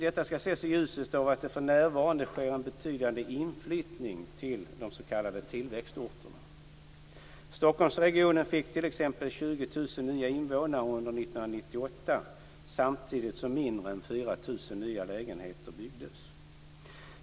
Detta skall ses i ljuset av att det för närvarande sker en betydande inflyttning till de s.k. Stockholmsregionen fick t.ex. 20 000 nya invånare under år 1998 samtidigt som mindre än 4 000 nya lägenheter byggdes.